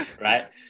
right